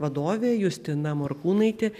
vadovė justina morkūnaitė